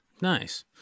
Nice